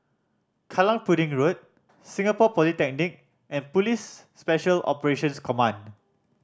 Kallang Pudding Road Singapore Polytechnic and Police Special Operations Command